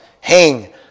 hang